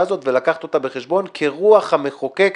הזאת ויביא אותה בחשבון ברוח המחוקק,